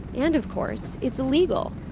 and, of course, it's illegal.